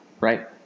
Right